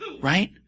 right